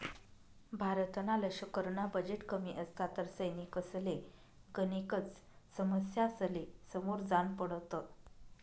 भारतना लशकरना बजेट कमी असता तर सैनिकसले गनेकच समस्यासले समोर जान पडत